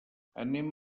anem